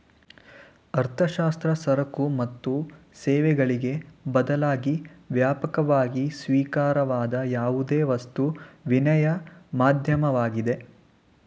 ಅರ್ಥಶಾಸ್ತ್ರದಲ್ಲಿ ಸರಕು ಮತ್ತು ಸೇವೆಗಳಿಗೆ ಬದಲಾಗಿ ವ್ಯಾಪಕವಾಗಿ ಸ್ವೀಕಾರಾರ್ಹವಾದ ಯಾವುದೇ ವಸ್ತು ವಿನಿಮಯ ಮಾಧ್ಯಮವಾಗಿದೆ